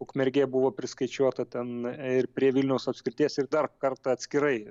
ukmergė buvo priskaičiuota ten ir prie vilniaus apskrities ir dar kartą atskirai